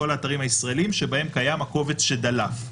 כל האתרים הישראליים שבהם קיים הקובץ שדלף,